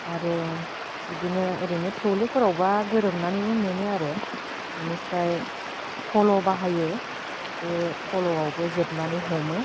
आरो बिदिनो ओरैनो थौलेफोरावबा गोरोबनानैबो मोनो आरो बेनिफ्राय फल' बाहायो बे फल'आवबो जोबनानै हमो